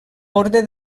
orde